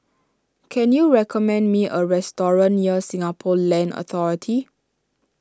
can you recommend me a restaurant near Singapore Land Authority